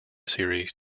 series